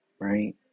right